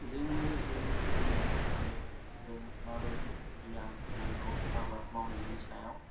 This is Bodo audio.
जोंनि इयुन जोलैफोरनो जों माबायदि गियान होनांगौ आबाद मावनायनि सायाव